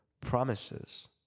promises